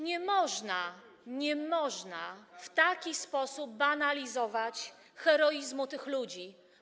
Nie można, nie można w taki sposób banalizować heroizmu tych ludzi.